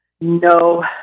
no